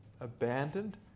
abandoned